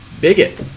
bigot